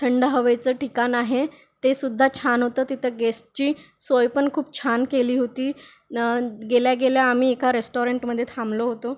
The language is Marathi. थंड हवेचं ठिकाण आहे ते सुद्धा छान होतं तिथं गेस्टची सोय पण खूप छान केली होती न गेल्या गेल्या आम्ही एका रेस्टॉरंटमध्ये थांबलो होतो